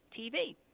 TV